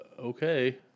Okay